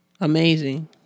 amazing